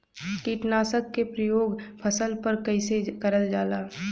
कीटनाशक क प्रयोग फसल पर कइसे करल जाला?